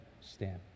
stand